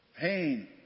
Pain